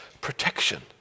protection